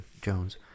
Jones